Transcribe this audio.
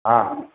હા